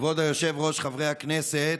כבוד היושב-ראש, חברי הכנסת,